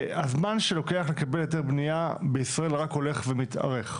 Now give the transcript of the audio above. הזמן שלוקח לקבל היתר בנייה בישראל רק הולך ומתארך.